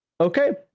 Okay